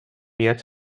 rear